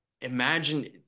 imagine